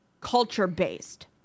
culture-based